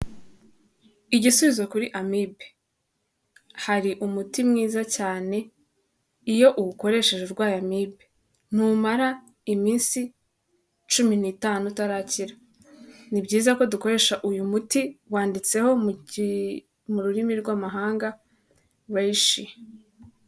Igisubizo kuri amibe, hari umuti mwiza cyane, iyo uwukoresheje urwaye amibe ntumara iminsi cumi n'itanu utarakira. Ni byiza ko dukoresha uyu muti, wanditseho mu rurimi rw'amahanga Reishi.